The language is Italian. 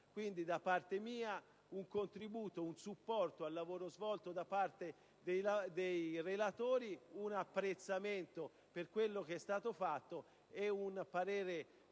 Quindi, da parte mia vi è un contributo, un supporto al lavoro svolto da parte dei relatori, un apprezzamento per quello che è stato fatto e una